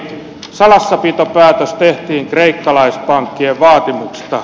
salassapitopäätös tehtiin kreikkalaispankkien vaatimuksesta